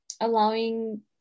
allowing